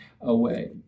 away